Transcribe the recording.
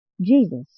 Jesus